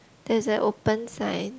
there is an open sign